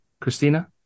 Christina